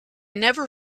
never